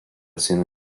sienų